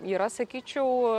yra sakyčiau